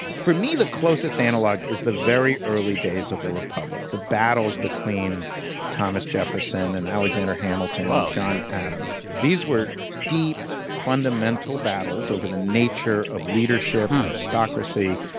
for me, the closest analog is the very early days of the republic, the battles between thomas jefferson and alexander hamilton. woah. and john adams. these were deep, fundamental battles over the nature of leadership, aristocracy.